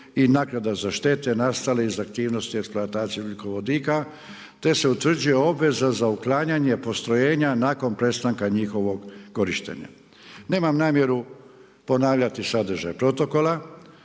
i naknada za štete nastale iz aktivnosti eksploatacije ugljikovodika te se utvrđuje obveza za uklanjanje postrojenja nakon prestanka njihovog korištenja. Nemam namjeru ponavljati sadržaj protokola,